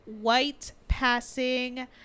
white-passing